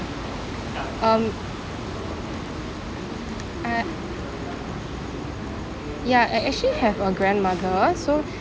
um uh ya I actually have a grandmother so